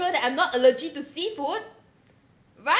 that I'm not allergic to seafood right